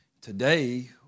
Today